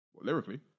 lyrically